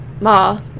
ma